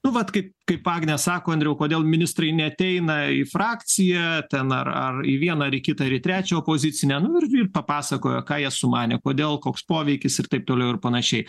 nu vat kaip kaip agnė sako andriau kodėl ministrai neateina į frakciją ten ar ar į vieną ar į kitą ar į trečią opozicinę nu ir papasakoja ką jie sumanė kodėl koks poveikis ir taip toliau ir panašiai